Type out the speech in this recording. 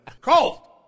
Colt